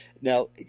Now